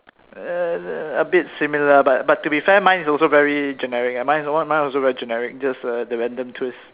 err a bit similar but but to be fair mine is also very generic lah mine also very generic just the random twist